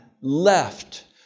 left